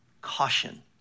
caution